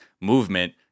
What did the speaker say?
movement